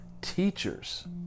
teachers